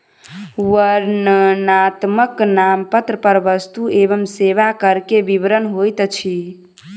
वर्णनात्मक नामपत्र पर वस्तु एवं सेवा कर के विवरण होइत अछि